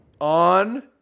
on